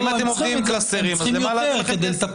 אם אתם עובדים עם קלסרים, אז למה לתת לכם כסף?